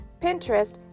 pinterest